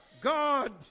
God